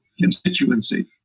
constituency